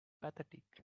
pathetic